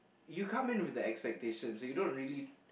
you come in with the expectation so you don't really